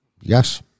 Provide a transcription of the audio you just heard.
Yes